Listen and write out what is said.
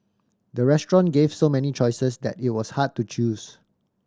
the restaurant gave so many choices that it was hard to choose